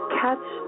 catch